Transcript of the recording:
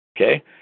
okay